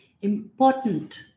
important